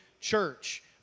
church